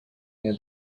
near